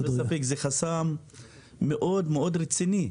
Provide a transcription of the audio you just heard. אין ספק שזה חסם מאוד מאוד רציני.